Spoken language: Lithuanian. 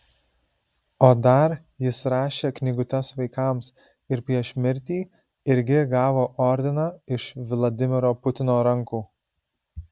o dar jis rašė knygutes vaikams ir prieš mirtį irgi gavo ordiną iš vladimiro putino rankų